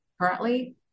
currently